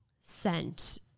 sent